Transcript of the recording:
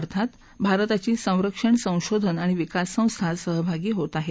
अर्थात भारताची संरक्षण संशोधन आणि विकास संस्थाही सहभागी होत आहे